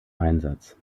einsatz